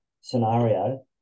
scenario